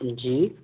जी